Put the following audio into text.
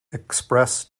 express